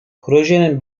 projenin